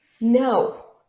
No